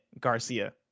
garcia